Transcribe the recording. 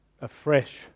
afresh